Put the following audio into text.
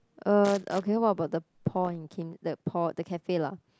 err okay what about the Paul and Kim the Pau~ the cafe lah